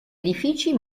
edifici